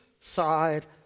side